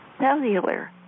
cellular